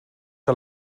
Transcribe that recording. que